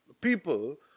people